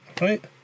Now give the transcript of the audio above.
right